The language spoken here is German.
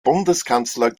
bundeskanzler